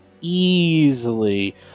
easily